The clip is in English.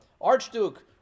archduke